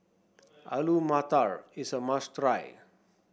Alu Matar is a must try